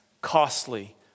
costly